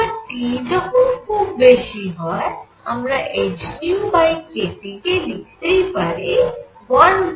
এবার T যখন খুব বেশী হয় আমরা ehνkT কে লিখতেই পারি 1hνkT